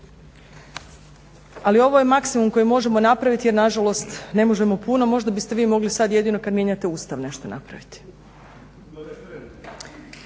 Ali ovo je maksimum koji možemo napraviti, jer na žalost ne možemo puno. Možda biste vi mogli sad jedino kad mijenjate Ustav nešto napraviti.